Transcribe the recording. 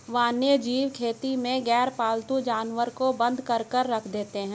वन्यजीव खेती में गैरपालतू जानवर को बंद करके रखते हैं